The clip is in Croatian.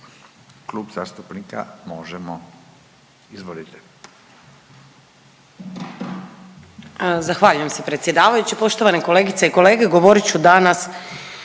Kluba zastupnika SDP-a. Izvolite.